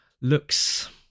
looks